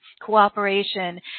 cooperation